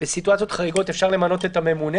בסיטואציות חריגות אפשר למנות את הממונה